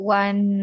one